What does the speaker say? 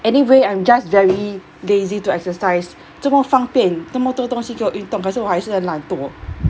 anyway I'm just very lazy to exercise 这么方便那么多东西给我运动可是我还是很懒惰